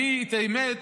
האמת,